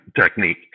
technique